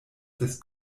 des